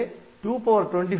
எனவே 4